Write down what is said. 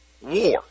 War